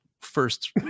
first